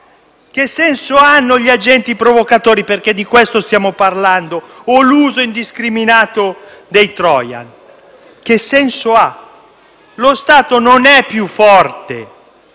Che senso hanno gli agenti provocatori, perché di questo stiamo parlando? O l'uso indiscriminato dei *trojan*? Lo Stato non è più forte